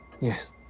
Yes